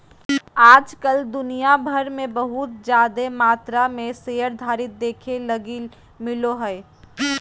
आज कल दुनिया भर मे बहुत जादे मात्रा मे शेयरधारी देखे लगी मिलो हय